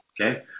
okay